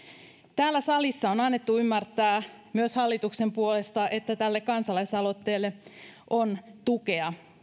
täällä salissa on annettu ymmärtää myös hallituksen puolesta että tälle kansalaisaloitteelle on tukea